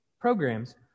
programs